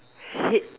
hate